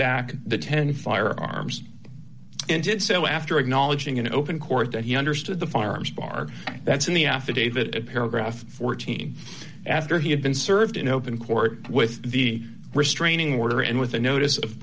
the ten firearms and did so after acknowledging in open court that he understood the farm's bar that's in the affidavit paragraph fourteen after he had been served in open court with the restraining order and with the notice of